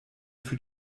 für